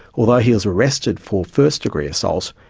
although he was arrested for first-degree assault,